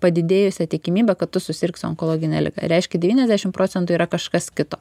padidėjusią tikimybę kad tu susirgsi onkologine liga reiškia devyniasdešim procentų yra kažkas kito